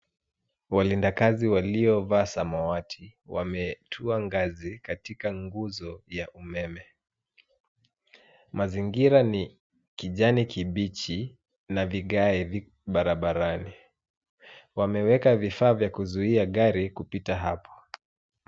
Walinda kazi waliovaa samawati wametua ngazi katika nguzo ya umeme. Mazingira ni kijani kibichi na vigae viko barabarani. Wameweka vifaa vya kuzuia gari kupita hapo.